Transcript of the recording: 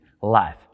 life